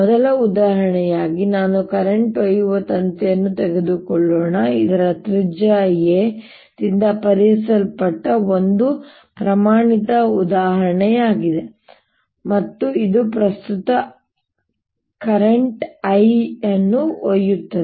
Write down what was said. ಮೊದಲ ಉದಾಹರಣೆಯಾಗಿ ನಾವು ಕರೆಂಟ್ ಒಯ್ಯುವ ತಂತಿಯನ್ನು ತೆಗೆದುಕೊಳ್ಳೋಣ ಇದು ತ್ರಿಜ್ಯ a ದಿಂದ ಪರಿಹರಿಸಲ್ಪಟ್ಟ ಒಂದು ಪ್ರಮಾಣಿತ ಉದಾಹರಣೆಯಾಗಿದೆ ಮತ್ತು ಇದು ಪ್ರಸ್ತುತ I ಅನ್ನು ಒಯ್ಯುತ್ತದೆ